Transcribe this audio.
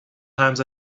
times